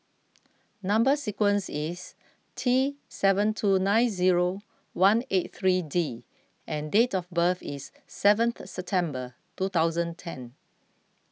Number Sequence is T seven two nine zero one eight three D and date of birth is seventh September two thousand ten